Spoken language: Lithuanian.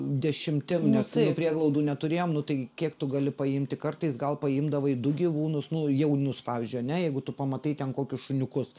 dešimtim nes nu prieglaudų neturėjom nu tai kiek tu gali paimti kartais gal paimdavai du gyvūnus nu jaunus pavyzdžiui ane jeigu tu pamatai ten kokius šuniukus